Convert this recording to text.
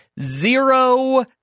zero